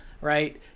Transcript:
Right